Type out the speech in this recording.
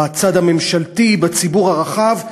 בצד הממשלתי, בציבור הרחב.